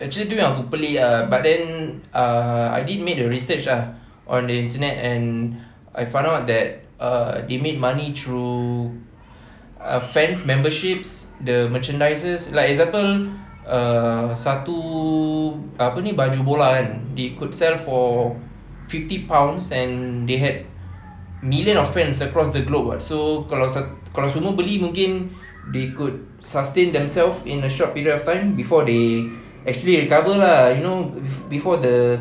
actually tu yang aku pelik ah but then uh I did make a research ah on the internet and I found out that uh they make money through uh fans memberships the merchandises like example err satu apa ni baju bola kan they could sell for fifty pounds and they had millions of fans across the globe [what] so kalau satu kalau semua beli mungkin they could sustain themselves in a short period of time before they actually recover lah you know before the